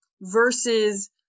versus